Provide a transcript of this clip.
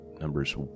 Numbers